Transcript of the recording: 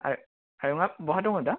आय आयंआ बहा दङ दा